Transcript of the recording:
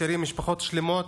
משאירים משפחות שלמות